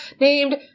named